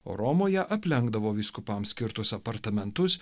o romoje aplenkdavo vyskupams skirtus apartamentus